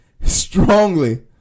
strongly